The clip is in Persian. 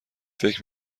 فکر